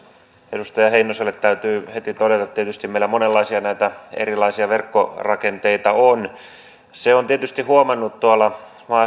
edustaja heinoselle täytyy heti todeta että tietysti meillä monenlaisia erilaisia verkkorakenteita on sen on tietysti huomannut tuolta